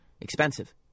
expensive